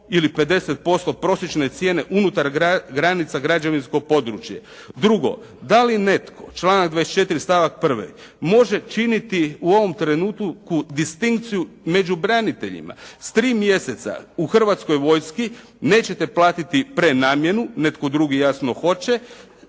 ili 50% prosječne cijene unutar granica građevinskog područja. Drugo, da li netko, članak 34. stavak 1., može činiti u ovom trenutku distinkciju među braniteljima s 3 mjeseca u Hrvatskoj vojsci nećete platiti prenamjenu, netko drugi jasno hoće